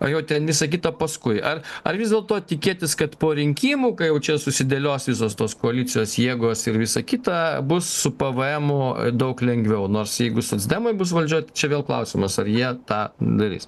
o jau ten visa kita paskui ar ar vis dėlto tikėtis kad po rinkimų kai jau čia susidėlios visos tos koalicijos jėgos ir visa kita bus su pvemu daug lengviau nors jeigu socdemai bus valdžioj tai čia vėl klausimas ar jie tą darys